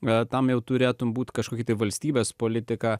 bet tam jau turėtų būti kažkokį tai valstybės politiką